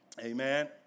Amen